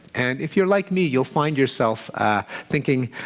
and if you're like me, you'll find yourself thinking